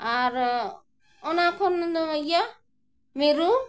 ᱟᱨ ᱚᱱᱟ ᱠᱷᱚᱱ ᱫᱚ ᱤᱭᱟᱹ ᱢᱤᱨᱩ